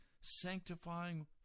sanctifying